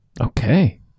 Okay